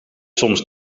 soms